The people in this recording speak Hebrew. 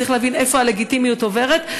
צריך להבין איפה הלגיטימיות עוברת.